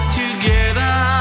together